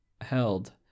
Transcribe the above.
held